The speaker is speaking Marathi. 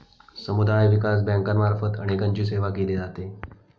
समुदाय विकास बँकांमार्फत अनेकांची सेवा केली जाते